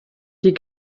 die